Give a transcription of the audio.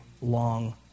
long